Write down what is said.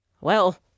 Well